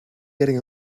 getting